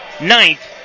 ninth